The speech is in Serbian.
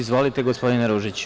Izvolite, gospodine Ružiću.